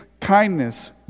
kindness